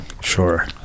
Sure